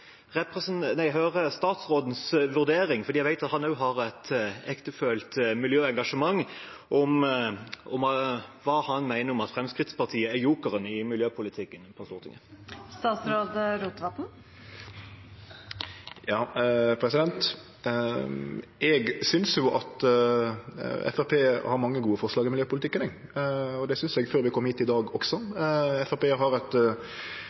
statsrådens vurdering, fordi jeg vet at han også har et ektefølt miljøengasjement, hva han mener om at Fremskrittspartiet er jokeren i miljøpolitikken. Eg synest at Framstegspartiet har mange gode forslag i miljøpolitikken. Det syntest eg før vi kom hit i dag også. Framstegspartiet har